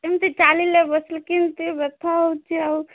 ଏମିତି ଚାଲିଲେ ବସିଲେ କିମିତି ବଥା ହେଉଛି ଆଉ